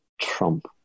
Trump